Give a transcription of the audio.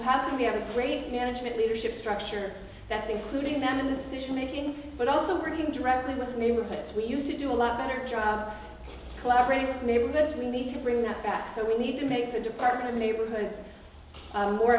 how can we have a great management leadership structure that's including them in the situation but also working directly with neighborhoods we used to do a lot better job collaborating with neighbors we need to bring that back so we need to make the department of neighborhood